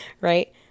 Right